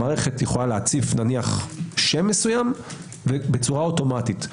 שמערכת יכולה להציף נניח שם מסוים בצורה אוטומטית.